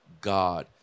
god